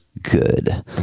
good